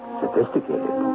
sophisticated